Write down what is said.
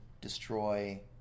destroy